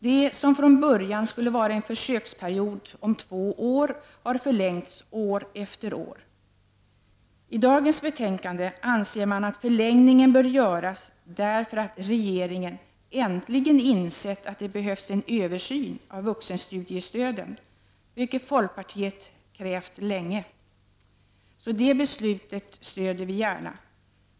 Det som från början skulle vara en försöksperiod om två år har förlängts år efter år. I det betänkande som behandlas i dag anser utskottet att förlängningen bör göras därför att regeringen äntligen insett att det behövs en översyn av vuxenstudiestöden. Det har folkpartiet länge krävt, så det beslutet stöder vi gärna.